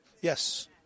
Yes